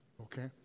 Okay